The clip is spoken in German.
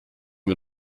wir